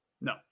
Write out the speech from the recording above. No